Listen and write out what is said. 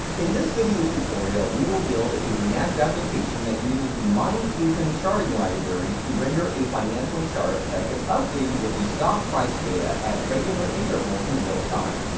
in this video tutorial we will build a react application that uses the mindfusion charting library to render a financial chart that gets updated with the stock price data at regular intervals in real time.